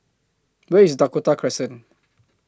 Where IS Dakota Crescent